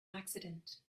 accident